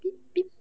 beep beep